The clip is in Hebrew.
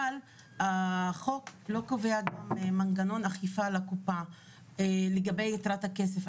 אבל החוק לא קובע מנגנון אכיפה לקופה לגבי יתרת הכסף.